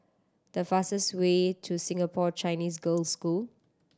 the fastest way to Singapore Chinese Girls' School